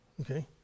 Okay